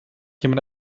jemand